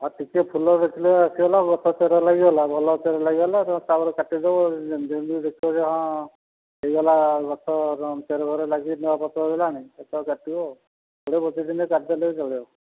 ହଁ ଟିକିଏ ଫୁଲ ଫୁଟିଲେ ଆସିଗଲା ଆଉ ଗଛ ଚେର ଲାଗିଗଲା ଭଲ ଚେର ଲାଗିଗଲା ଯେ ତା'ପରେ କାଟି ଦେବ ଯେମିତି ଦେଖିବ ଯେ ହଁ ହୋଇଗଲା ଗଛ ଚେର ଫେର ଲାଗିକି ନୂଆ ପତ୍ର ହୋଇଗଲାଣି ସେଇଟା କାଟିବ ଆଉ ସେଇଟା ଗୋଟେ ଦୁଇ ଦିନରେ କାଟିଦେଲେ ଚଳିବ